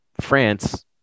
France